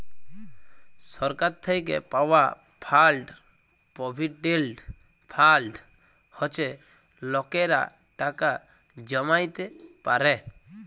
সরকার থ্যাইকে পাউয়া fund provident fund হছে লকেরা টাকা জ্যমাইতে পারে